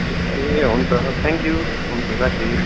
ए हुन्छ थ्याङ्क्यु हुन्छ राखेँ